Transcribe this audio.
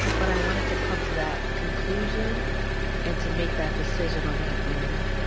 but i wanted to come to that conclusion and to make that decision on my own.